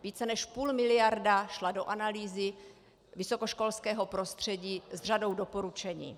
Více než půl miliardy šlo do analýzy vysokoškolského prostředí s řadou doporučení.